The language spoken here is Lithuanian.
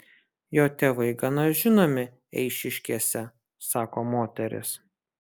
jo tėvai gana žinomi eišiškėse sako moteris